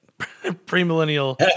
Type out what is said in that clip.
Premillennial